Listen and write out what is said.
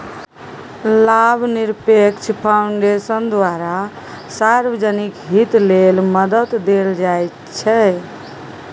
लाभनिरपेक्ष फाउन्डेशनक द्वारा सार्वजनिक हित लेल मदद देल जाइत छै